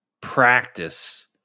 practice